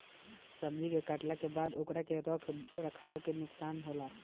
सब्जी के काटला के बाद ओकरा के रख रखाव में भी नुकसान होला